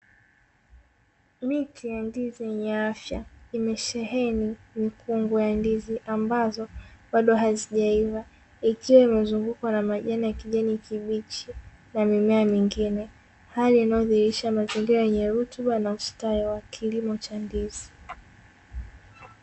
Miti ya ndizi yenye afya imesheheni mikungu ya ndizi ambazo bado hazijaiva ikiwa imezungukwa na majani ya kijani kibichi na mimea mingine. Hali inayo dhihirisha mazingira yenye rutuba na ustawi wa kilimo cha ndizi